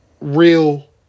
Real